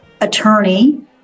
attorney